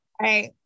Right